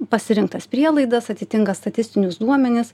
pasirinktas prielaidas atitinka statistinius duomenis